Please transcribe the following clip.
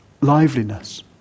liveliness